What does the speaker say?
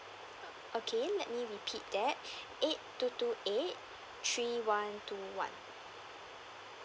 okay let me repeat that eight two two eight three one two one